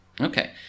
Okay